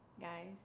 guys